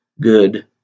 good